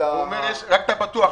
רק את הפתוח,